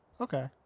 Okay